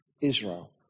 Israel